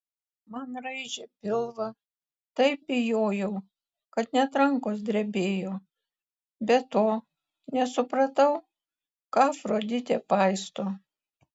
man raižė pilvą taip bijojau kad net rankos drebėjo be to nesupratau ką afroditė paisto